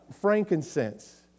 frankincense